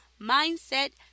mindset